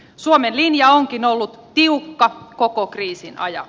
suomen linja onkin ollut tiukka koko kriisin ajan